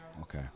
Okay